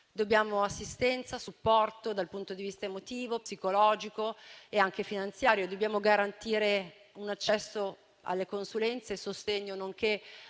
dobbiamo assistenza e supporto dal punto di vista emotivo, psicologico e anche finanziario; dobbiamo garantire un accesso alle consulenze e al sostegno, nonché